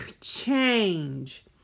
change